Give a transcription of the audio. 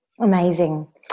Amazing